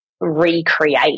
recreate